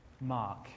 Mark